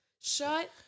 Shut